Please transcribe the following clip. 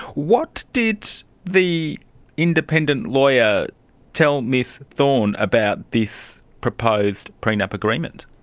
what did the independent lawyer tell ms thorne about this proposed prenup agreement?